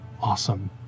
Awesome